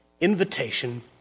invitation